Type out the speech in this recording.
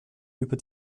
über